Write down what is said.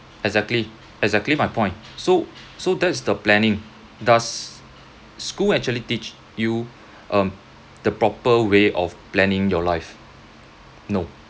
exactly exactly my point so so that's the planning does school actually teach you um the proper way of planning your life no